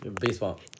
baseball